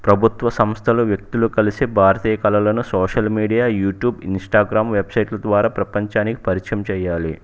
ప్రభుత్వ సంస్థలు వ్యక్తులు కలిసే భారతీయ కళలను సోషల్ మీడియా యూట్యూబ్ ఇన్స్టాగ్రామ్ వెబ్సైట్ల ద్వారా ప్రపంచానికి పరిచయం చేయాలి